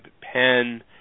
pen